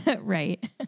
Right